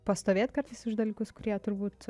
pastovėt kartais už dalykus kurie turbūt